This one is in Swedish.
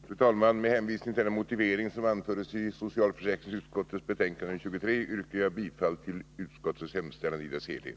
Fru talman! Med hänvisning till den motivering som anförts i socialför säkringsutskottets betänkande 23 yrkar jag bifall till utskottets hemställan i dess helhet.